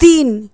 তিন